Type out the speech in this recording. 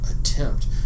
attempt